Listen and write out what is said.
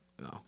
No